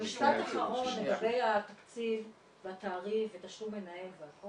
משפט אחרון לגבי התקציב, תעריף, תשלום מנהל והכל